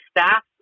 staff